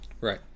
Right